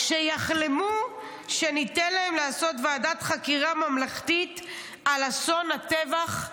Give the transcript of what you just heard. שיחלמו שניתן להם לעשות ועדת חקירה ממלכתית על אסון הטבח,